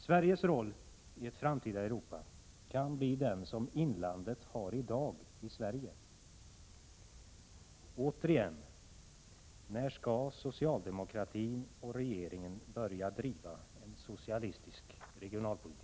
Sveriges roll i ett framtida Europa kan bli den som inlandet i dag har i Sverige. Jag frågar åter: När skall socialdemokratin och regeringen börja driva en socialistisk regionalpolitik?